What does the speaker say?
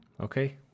Okay